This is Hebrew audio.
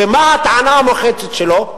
ומה הטענה המוחצת שלו?